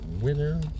Winner